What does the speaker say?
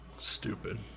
Stupid